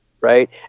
right